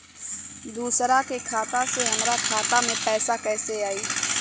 दूसरा के खाता से हमरा खाता में पैसा कैसे आई?